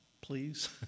please